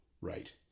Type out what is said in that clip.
Right